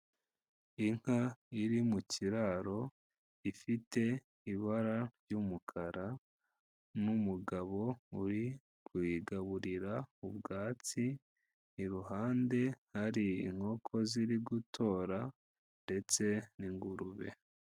Inka iri mu kiraro ifite ibara ry'umukara n'umugabo uri kuyigaburira ubwatsi, iruhande hari inkoko ziri gutora ndetse n'ingurube.